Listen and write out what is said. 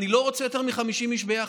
אני לא רוצה יותר מ-50 איש ביחד,